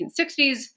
1960s